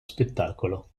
spettacolo